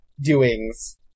doings